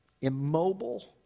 immobile